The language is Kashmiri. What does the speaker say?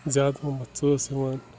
زیادٕ پَہمَتھ ژاس یِوان